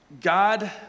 God